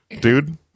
Dude